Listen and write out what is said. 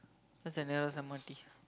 that's the nearest M_R_T